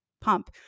pump